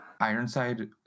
Ironside